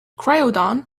croydon